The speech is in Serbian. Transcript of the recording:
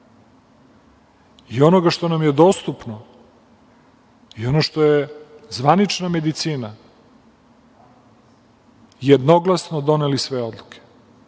i onoga što nam je dostupno i ono što je zvanična medicina, jednoglasno doneli sve odluke,